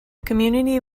community